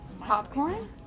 Popcorn